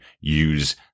use